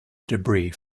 debris